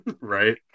Right